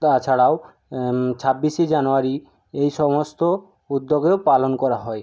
তাছাড়াও ছাব্বিশে জানুয়ারি এই সমস্ত উদ্যোগেও পালন করা হয়